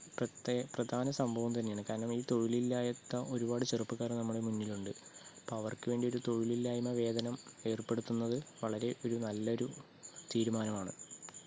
പ്രത്തെ പ്രധാന സംഭവം തന്നെയാണ് കാരണം ഈ തൊഴിലില്ലായ്മത്ത്വം ഒരുപാട് ചെറുപ്പക്കാർ നമ്മുടെ മുന്നിലുണ്ട് അപ്പോൾ അവർക്കു വേണ്ടി ഒരു തൊഴിലില്ലായ്മ വേതനം ഏർപ്പെടുത്തുന്നത് വളരെ ഒരു നല്ലൊരു തീരുമാനമാണ്